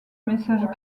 messages